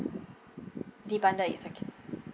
the bundle is okay